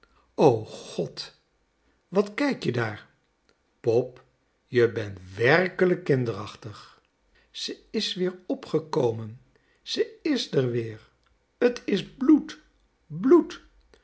god wat kijk je daar pop je bent werkelijk kinderachtig ze is weer opgekomen ze is d'r weer t is bloed bloed